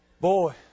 Boy